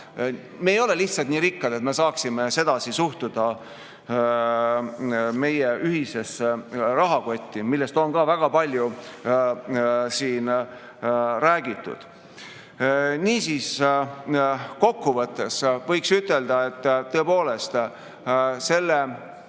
Me ei ole lihtsalt nii rikkad, et me saaksime sedasi suhtuda meie ühisesse rahakotti. Sellest on ka väga palju siin räägitud. Niisiis, kokku võttes võiks ütelda, et tõepoolest selle